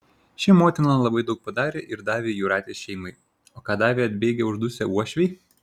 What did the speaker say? ši motina labai daug padarė ir davė jūratės šeimai o ką davė atbėgę uždusę uošviai